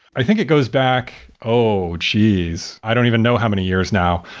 i think it goes back, oh, geez. i don't even know how many years now.